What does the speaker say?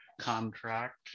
contract